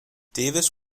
davis